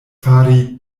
fari